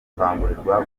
gukangurirwa